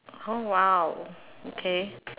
oh !wow! okay